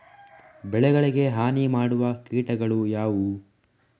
ಬೆಳೆಗಳಿಗೆ ಹಾನಿ ಮಾಡುವ ಕೀಟಗಳು ಯಾವುವು?